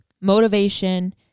motivation